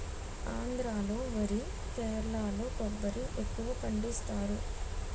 ఆంధ్రా లో వరి కేరళలో కొబ్బరి ఎక్కువపండిస్తారు